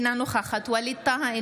אינה נוכחת ווליד טאהא,